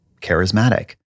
charismatic